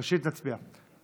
ראשית, נצביע.